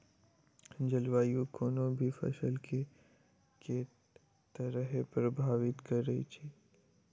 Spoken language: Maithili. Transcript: जलवायु कोनो भी फसल केँ के तरहे प्रभावित करै छै?